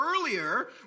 earlier